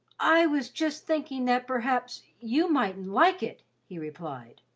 i was just thinking that perhaps you mightn't like it, he replied.